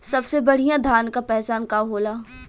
सबसे बढ़ियां धान का पहचान का होला?